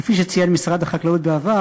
כפי שציין משרד החקלאות בעבר,